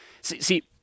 See